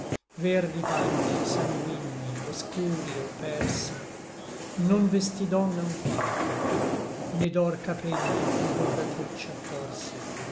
verdi panni sanguigni oscuri o persi non vestí donna unquancho né d'or capelli in bionda treccia attorse